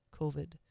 COVID